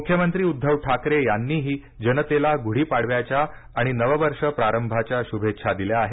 मुख्यमंत्री उद्धव ठाकरे यांनीही जनतेला गुढी पाडव्याच्या आणि नववर्ष प्रारंभाच्या शुभेच्छा दिल्या आहेत